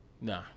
Nah